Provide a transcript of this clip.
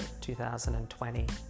2020